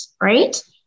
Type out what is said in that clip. Right